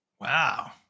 Wow